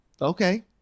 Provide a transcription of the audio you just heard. okay